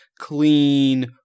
clean